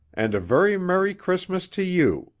and a very merry christmas to you,